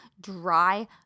dry